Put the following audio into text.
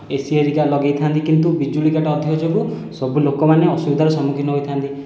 AC ହେରିକା ଲଗାଇଥାନ୍ତି କିନ୍ତୁ ବିଜୁଳି କାଟ ଅଧିକ ଯୋଗୁଁ ସବୁ ଲୋକମାନେ ଅସୁବିଧାର ସମ୍ମୁଖୀନ ହୋଇଥାନ୍ତି